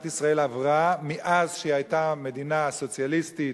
ישראל עברה מאז שהיא היתה מדינה סוציאליסטית,